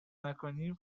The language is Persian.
نکنیم